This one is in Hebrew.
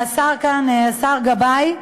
והשר כאן, השר גבאי,